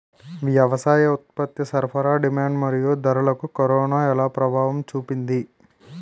వ్యవసాయ ఉత్పత్తి సరఫరా డిమాండ్ మరియు ధరలకు కరోనా ఎలా ప్రభావం చూపింది